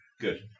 good